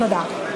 תודה.